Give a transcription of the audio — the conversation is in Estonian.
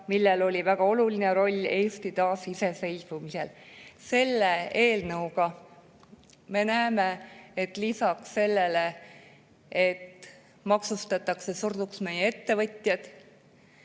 millel oli väga oluline roll Eesti taasiseseisvumisel. Selle eelnõuga me näeme, et lisaks sellele, et maksustatakse surnuks meie ettevõtjad,